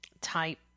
type